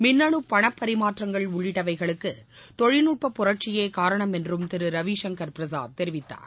மின்னனு பண பரிமாற்றங்கள் உள்ளிட்டவைகளுக்கு தொழில்நுட்ப புரட்சியே காரணம் என்றும் திரு ரவிசங்கர் பிரசாத் தெரிவித்தார்